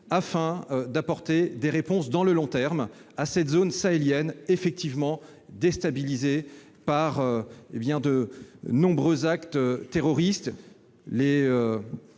pour apporter des réponses de long terme à cette zone sahélienne déstabilisée par de nombreux actes terroristes.